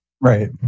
Right